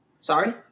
Sorry